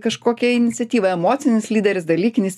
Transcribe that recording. kažkokią iniciatyvą emocinis lyderis dalykinis